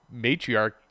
matriarch